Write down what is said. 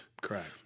Correct